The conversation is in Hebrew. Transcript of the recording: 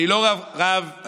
צריך להבין מה שאמר קאנט.